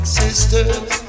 sisters